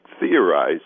theorize